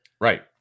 right